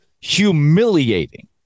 humiliating